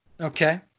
Okay